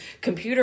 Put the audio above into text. computer